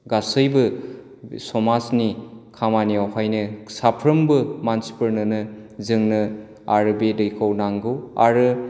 गासैबो समाजनि खामानियावहायनो साफ्रोमबो मानसिफोरनोनो जोंनो आरो बे दैखौ नांगौ आरो